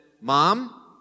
Mom